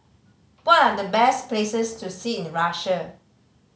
what are the best places to see in Russia